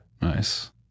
nice